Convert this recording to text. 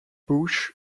bush